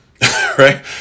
Right